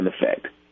effect